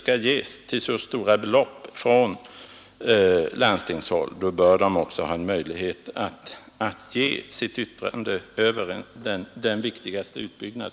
Begär man att landstingen skall ge krediter på så stora belopp, bör de också ha möjlighet att yttra sig över denna mycket viktiga utbyggnad.